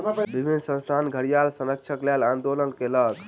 विभिन्न संस्थान घड़ियाल संरक्षणक लेल आंदोलन कयलक